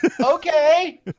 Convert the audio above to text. Okay